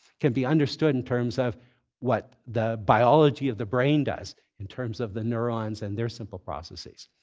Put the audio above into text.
can be understood in terms of what the biology of the brain does in terms of the neurons and their simple processes.